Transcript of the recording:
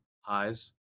highs